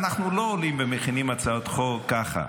אנחנו לא עולים ומכינים הצעות חוק ככה.